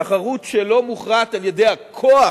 תחרות שלא מוכרעת על-ידי הכוח